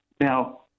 Now